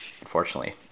unfortunately